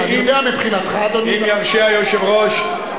אם ירשה היושב-ראש,